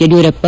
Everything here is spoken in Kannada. ಯಡಿಯೂರಪ್ಪ